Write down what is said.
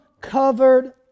covered